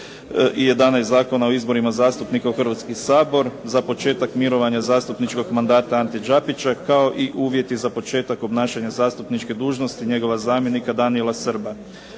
11. Zakona o izborima zastupnika u Hrvatski sabor za početak mirovanja zastupničkog mandata Ante Đapića kao i uvjeti za početak obnašanja zastupničke dužnosti njegova zamjenika Danijela Srba.